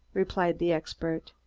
replied the expert.